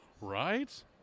right